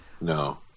No